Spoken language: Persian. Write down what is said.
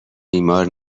بیمار